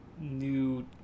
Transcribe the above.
new